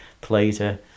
Plater